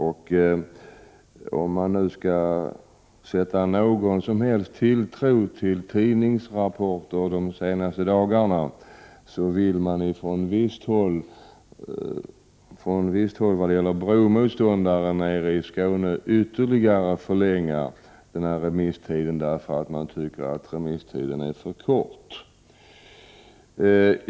Om man nu skall sätta någon som helst tilltro till rapporter i tidningarna de senaste dagarna, så vill man från visst håll av bromotståndare i Skåne ytterligare förlänga remisstiden, därför att de tycker att remisstiden är för kort.